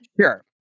Sure